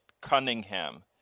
Cunningham